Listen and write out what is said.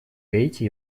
гаити